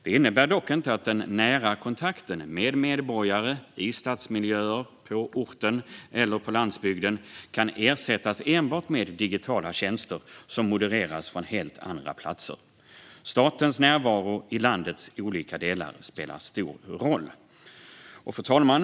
Det innebär dock inte att den nära kontakten med medborgare - i stadsmiljöer, på orten eller på landsbygden - kan ersättas med enbart digitala tjänster som modereras från helt andra platser. Statens närvaro i landets olika delar spelar stor roll. Fru talman!